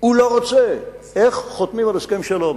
הוא לא רוצה, איך חותמים על הסכם שלום.